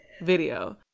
video